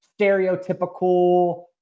stereotypical